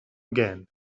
again